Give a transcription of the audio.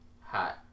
Hot